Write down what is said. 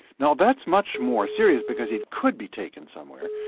now that's much more serious, because it could be taken somewhere.